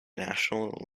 national